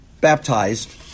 baptized